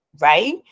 right